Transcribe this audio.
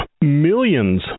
millions